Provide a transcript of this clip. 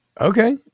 okay